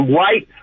white